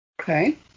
Okay